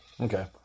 okay